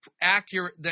accurate